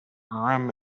urim